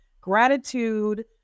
gratitude